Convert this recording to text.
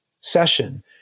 session